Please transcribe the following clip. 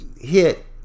hit